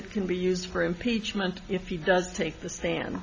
it can be used for impeachment if he does take the